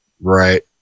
Right